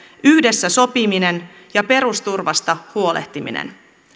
yhdessä sopiminen ja perusturvasta huolehtiminen